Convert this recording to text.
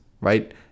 right